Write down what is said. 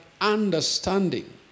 understanding